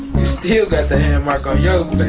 still got the hand mark on your